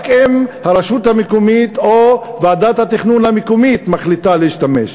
רק אם הרשות המקומית או ועדת התכנון המקומית מחליטה להשתמש,